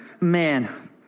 Man